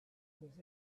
was